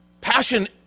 Passion